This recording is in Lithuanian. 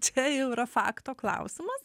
čia jau yra fakto klausimas